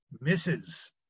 misses